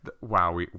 Wow